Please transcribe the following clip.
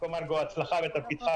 יעקב מרגי, הצלחה בתפקידך